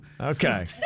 Okay